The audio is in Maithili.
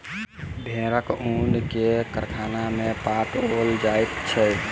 भेड़क ऊन के कारखाना में पठाओल जाइत छै